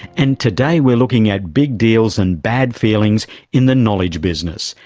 and today we're looking at big deals and bad feelings in the knowledge business,